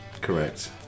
Correct